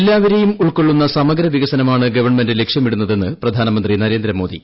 എല്പാവരേയും സമഗ്രവികസനമാണ് ഗവൺമെന്റ് ലക്ഷ്യമിടുന്നതെന്ന് പ്രധാനമന്ത്രി നരേന്ദ്രമോദി